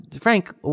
Frank